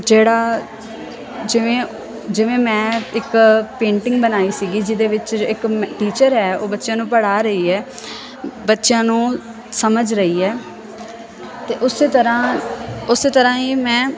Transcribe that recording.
ਜਿਹੜਾ ਜਿਵੇਂ ਜਿਵੇਂ ਮੈਂ ਇੱਕ ਪੇਂਟਿੰਗ ਬਣਾਈ ਸੀਗੀ ਜਿਹਦੇ ਵਿੱਚ ਇੱਕ ਮ ਟੀਚਰ ਹੈ ਉਹ ਬੱਚਿਆਂ ਨੂੰ ਪੜ੍ਹਾ ਰਹੀ ਹੈ ਬੱਚਿਆਂ ਨੂੰ ਸਮਝ ਰਹੀ ਹੈ ਅਤੇ ਉਸੇ ਤਰ੍ਹਾਂ ਉਸੇ ਤਰ੍ਹਾਂ ਹੀ ਮੈਂ